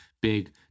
big